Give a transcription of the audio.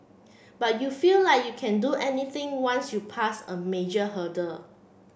but you feel like you can do anything once you passed a major hurdle